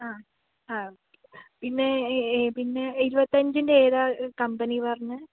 ആ ആ ഓക്കെ പിന്നെ പിന്നെ ഇരുപത്തഞ്ചിൻ്റെ ഏതാണ് കമ്പനി പറഞ്ഞത്